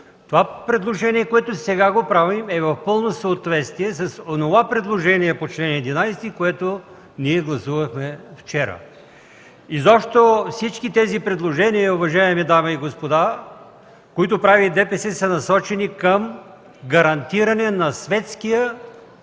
Това предложение, което сега правим, е в пълно съответствие с онова предложение по чл. 11, което ние гласувахме вчера. Изобщо всички тези предложения, уважаеми дами и господа, които прави ДПС, са насочени към гарантиране на светския